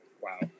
Wow